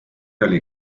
oli